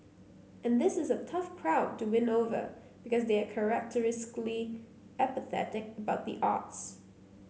and this is a tough crowd to win over because they are characteristically apathetic about the arts